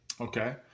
Okay